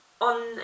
on